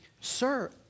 Sir